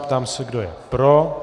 Ptám se, kdo je pro.